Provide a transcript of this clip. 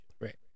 Right